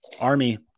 Army